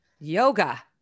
Yoga